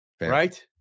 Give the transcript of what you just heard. right